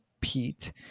Pete